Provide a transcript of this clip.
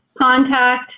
Contact